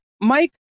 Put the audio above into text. Mike